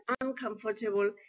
uncomfortable